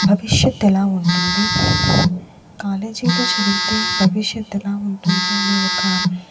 భవిష్యత్తు ఎలా ఉంటుంది కాలేజీలో చదివితే భవిష్యత్తు ఎలా ఉంటుంది అని ఒక